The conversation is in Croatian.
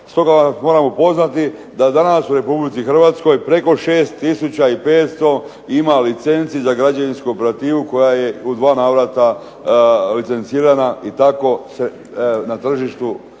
Stoga vas moram upoznati da danas u Republici Hrvatskoj preko 6500 ima licenci za građevinsku operativu koja je u dva navrata licencirana i tako se na tržištu građevinskih